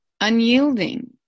unyielding